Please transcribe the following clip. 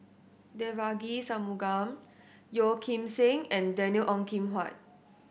Devagi Sanmugam Yeo Kim Seng and David Ong Kim Huat